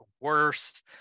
worse